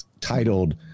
titled